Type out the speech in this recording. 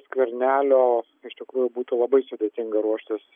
skvernelio iš tikrųjų būtų labai sudėtinga ruoštis